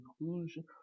inclusion